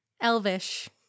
Elvish